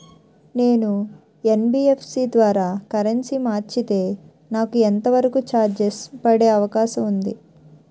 నేను యన్.బి.ఎఫ్.సి ద్వారా కరెన్సీ మార్చితే నాకు ఎంత వరకు చార్జెస్ పడే అవకాశం ఉంది?